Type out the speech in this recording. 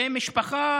למשפחה